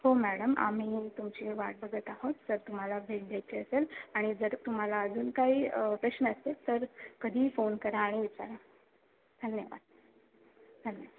हो मॅडम आम्ही तुमची वाट बघत आहोत जर तुम्हाला भेट द्यायची असेल आणि जर तुम्हाला अजून काही प्रश्न असतील तर कधीही फोन करा आणि विचारा धन्यवाद धन्यवाद